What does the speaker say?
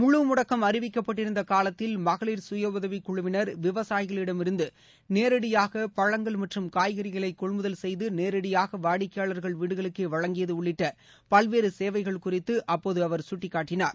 முழு முடக்கம் அறிவிக்கப்பட்டிருந்த காலத்தில் மகளிர் கயஉதவிக்குழுவினர் விவசாயகளிடமிருந்து நேரடியாக பழங்கள் மற்றம் காய்கறிகளை கொள்முதல் செய்து நேரடியாக வாடிக்கையாளர்கள் வீடுகளுக்கே வழங்கியது உள்ளிட்ட பல்வேறு சேவைகள் குறித்து அப்போது அவர் கட்டிக்காட்டினார்